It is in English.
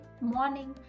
morning